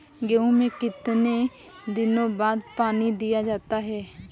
गेहूँ में कितने दिनों बाद पानी दिया जाता है?